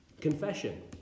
Confession